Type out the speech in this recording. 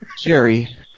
Jerry